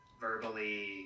verbally